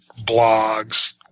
blogs